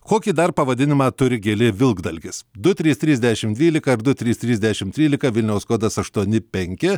kokį dar pavadinimą turi gėlė vilkdalgis du trys trys dešimt dvylika ir du trys trys dešimt trylika vilniaus kodas aštuoni penki